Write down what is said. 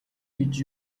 гэж